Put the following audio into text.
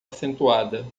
acentuada